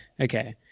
Okay